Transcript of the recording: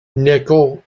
nickel